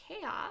Chaos